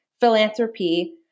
philanthropy